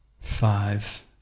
Five